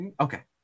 Okay